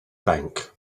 bank